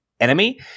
enemy